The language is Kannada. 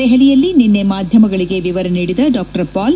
ದೆಹಲಿಯಲ್ಲಿ ನನ್ನೆ ಮಾಧ್ಯಮಗಳಿಗೆ ವರ ನೀಡಿದ ಡಾಪಾಲ್